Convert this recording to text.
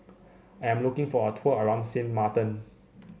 I am looking for a tour around Sint Maarten